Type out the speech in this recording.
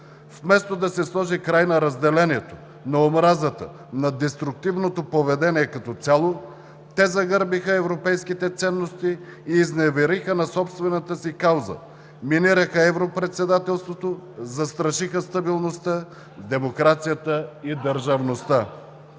Вместо да се сложи край на разделението, на омразата, на деструктивното поведение като цяло, те загърбиха европейските ценности и изневериха на собствената си кауза, минираха Европредседателството, застрашиха стабилността, демокрацията и държавността.